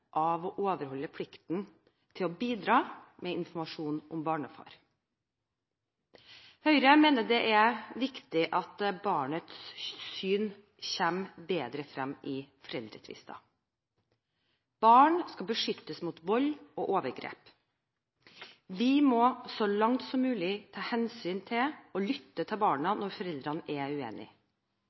av å overholde plikten til å bidra med informasjon om barnefar. Høyre mener det er viktig at barnets syn kommer bedre frem i foreldretvister. Barn skal beskyttes mot vold og overgrep. Vi må så langt som mulig ta hensyn til og lytte til barna når foreldrene er uenige.